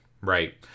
Right